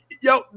Yo